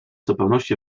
zupełności